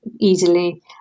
easily